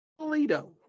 Alito